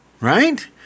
right –